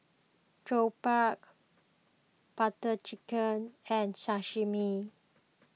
Jokbal Butter Chicken and Sashimi